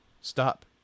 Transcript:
stop